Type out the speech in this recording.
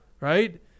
right